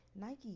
Nike